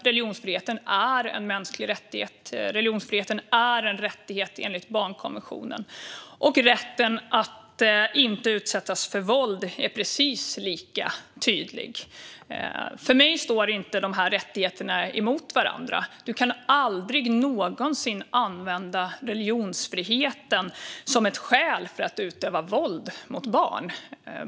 Religionsfriheten är en mänsklig rättighet men rätten att inte utsättas för våld är precis lika tydlig. För mig står dessa rättigheter inte emot varandra. Man kan aldrig någonsin använda religionsfriheten som ett skäl för att utöva våld mot barn.